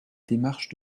démarche